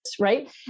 right